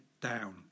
down